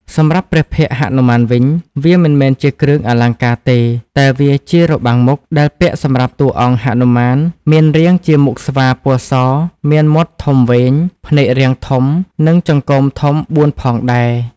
សម្រាប់ព្រះភ័ក្ត្រហនុមានវិញ វាមិនមែនជាគ្រឿងអលង្ការទេ តែវាជារបាំងមុខដែលពាក់សម្រាប់តួអង្គ ហនុមានមានរាងជា មុខស្វាពណ៌ស មានមាត់ធំវែង ភ្នែករាងធំ និងចង្កូមធំ៤ផងដែរ។